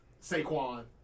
Saquon